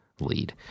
lead